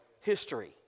history